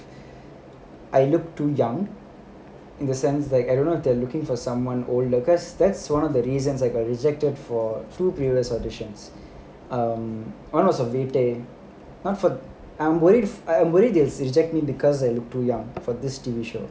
I look too young in the sense that I don't know if they are looking for someone older because that's one of the reasons I got rejected for two previous auditions um one was for V day one for I'm worried I'm worried they will reject me because I'm too young for this T_V show